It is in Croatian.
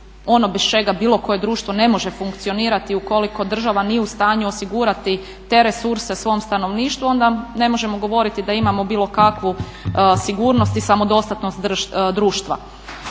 ono bez čega bilo koje društvo ne može funkcionirati ukoliko država nije u stanju osigurati te resurse svom stanovništvu onda ne možemo govoriti da imamo bilo kakvu sigurnost i samodostatnost društva.